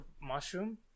mushroom